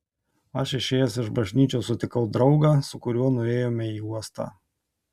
aš išėjęs iš bažnyčios sutikau draugą su kuriuo nuėjome į uostą